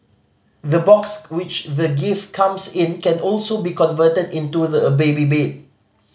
the box which the gift comes in can also be converted into the a baby bed